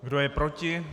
Kdo je proti?